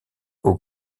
aux